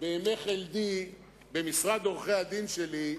בימי חלדי במשרד עורכי-הדין שלי,